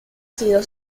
sido